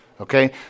okay